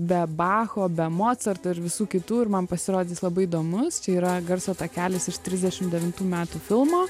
be bacho be mocarto ir visų kitų ir man pasirodė jis labai įdomus čia yra garso takelis iš trisdešim devintų metų filmo